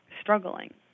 struggling